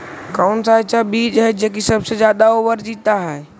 कौन सा ऐसा बीज है की सबसे ज्यादा ओवर जीता है?